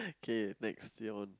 K next you're on